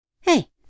Hey